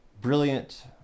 brilliant